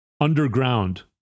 underground